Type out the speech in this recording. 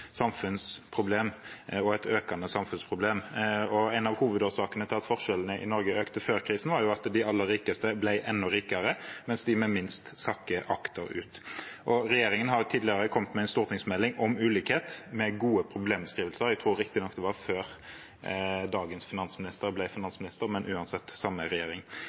samfunnsproblem. En av hovedårsakene til at forskjellene i Norge økte før krisen, var at de aller rikeste ble enda rikere, mens de med minst sakket akterut. Regjeringen har tidligere kommet med en stortingsmelding om ulikhet, med gode problemstillinger – jeg tror riktignok det var før dagens finansminister ble finansminister, men uansett samme regjering.